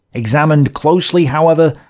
examined closely, however,